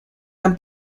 han